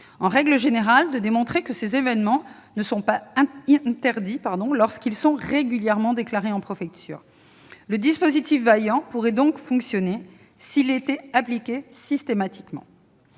En règle générale, ces événements ne sont pas interdits lorsqu'ils sont régulièrement déclarés en préfecture. Le dispositif Vaillant pourrait donc fonctionner, s'il était appliqué systématiquement.